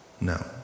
No